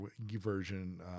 version